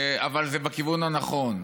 אבל זה בכיוון הנכון,